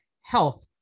health